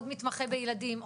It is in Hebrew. עוד מתמחה בילדים,